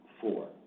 four